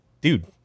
dude